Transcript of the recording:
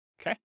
Okay